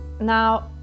Now